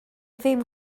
ddim